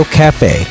cafe